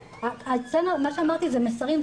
אצלנו מה שאמרתי זה מסרים,